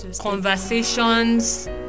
Conversations